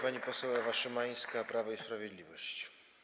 Pani poseł Ewa Szymańska, Prawo i Sprawiedliwość.